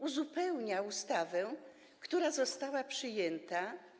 Uzupełnia ustawę, która została przyjęta.